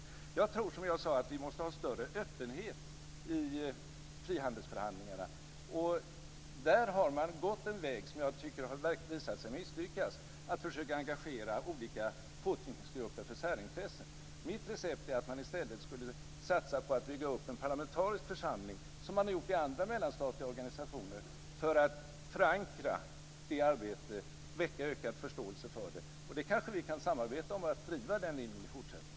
Som jag tidigare sagt tror jag att vi måste ha en större öppenhet i frihandelsförhandlingarna. Där har man gått en väg som jag tycker visar sig misslyckas - alltså försöka engagera olika påtryckningsgrupper för särintressen. Mitt recept är att man i stället satsar på att bygga upp en parlamentarisk församling, som man ju har gjort i andra mellanstatliga organisationer, för att förankra detta arbete och väcka en ökad förståelse för det. Kanske kan vi samarbeta om att driva den linjen i fortsättningen.